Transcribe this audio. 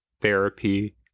therapy